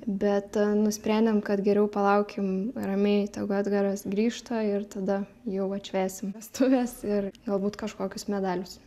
bet nusprendėm kad geriau palaukim ramiai tegu edgaras grįžta ir tada jau atšvęsim vestuves ir galbūt kažkokius medalius